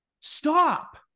Stop